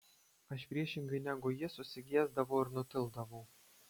aš priešingai negu ji susigėsdavau ir nutildavau